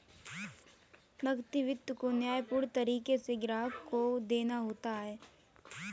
नकदी वित्त को न्यायपूर्ण तरीके से ग्राहक को देना होता है